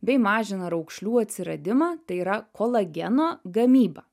bei mažina raukšlių atsiradimą tai yra kolageno gamybą